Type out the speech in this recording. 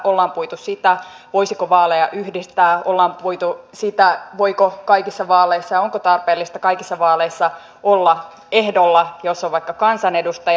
ollaan puitu sitä voisiko vaaleja yhdistää ollaan puitu sitä voiko ja onko tarpeellista kaikissa vaaleissa olla ehdolla jos on vaikka kansanedustaja